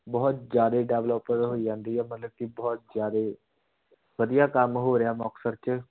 ਬਹੁਤ ਜ਼ਿਆਦਾ ਡਵਲਪ ਹੋਈ ਜਾਂਦੀ ਆ ਮਤਲਬ ਕਿ ਬਹੁਤ ਜ਼ਿਆਦਾ ਵਧੀਆ ਕੰਮ ਹੋ ਰਿਹਾ ਮੁਕਤਸਰ 'ਚ